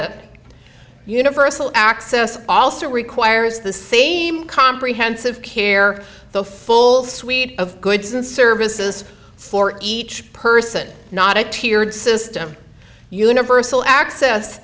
to universal access also requires the same comprehensive care the full suite of goods and services for each person not a tiered system universal access